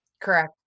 Correct